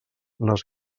les